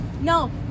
no